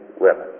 women